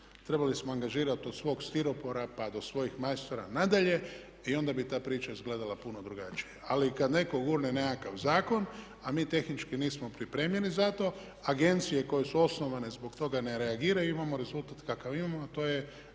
trebali smo angažirati od svog stiropora pa do svojih majstora nadalje i onda bi ta priča izgledala puno drugačije. Ali kad netko gurne nekakav zakon, a mi tehnički nismo pripremljeni za to agencije koje su osnovane zbog toga ne reagiraju, imamo rezultat kakav imamo, a to je